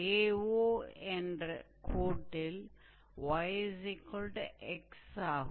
AO என்ற கோட்டில் 𝑦 𝑥 ஆகும்